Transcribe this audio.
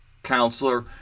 counselor